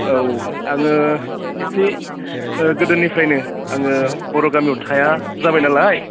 औ आङो एसे गोदोनिफ्रायनो आङो बर' गामियाव थाया जाबाय नालाय